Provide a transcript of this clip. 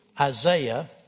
Isaiah